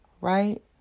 right